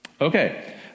Okay